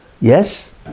yes